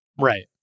Right